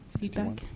feedback